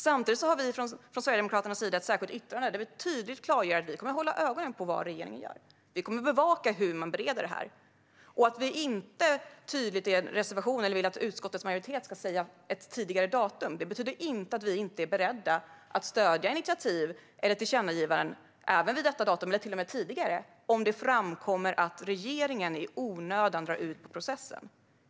Samtidigt har vi från Sverigedemokraternas sida ett särskilt yttrande där vi tydligt klargör att vi kommer att hålla ögonen på vad regeringen gör. Vi kommer att bevaka hur man bereder det här. Att vi inte tydligt i en reservation vill att utskottet ska säga ett tidigare datum betyder inte att vi inte är beredda att stödja initiativ eller tillkännagivanden även vid detta datum eller till och med tidigare om det framkommer att regeringen i onödan drar ut på processen.